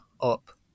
up